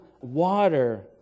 water